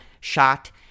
shot